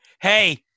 Hey